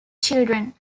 children